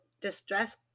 Distress